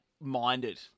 Minded